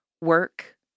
work